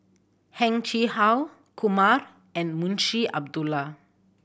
Heng Chee How Kumar and Munshi Abdullah